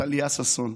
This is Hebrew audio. וטליה ששון.